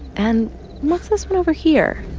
and what's this one over here?